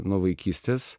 nuo vaikystės